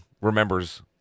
remembers –